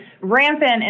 rampant